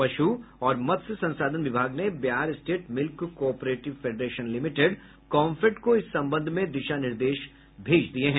पशु और मत्स्य संसाधन विभाग ने Bihar State Milk Cooperative Federation Limited COMFED को इस संबंध में दिशा निर्देश भेज दिया है